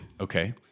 Okay